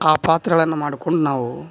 ಆ ಪಾತ್ರಗಳನ್ನ ಮಾಡ್ಕೊಂಡು ನಾವು